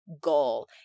goal